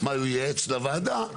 מה לייעץ לוועדה,